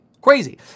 crazy